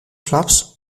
clubs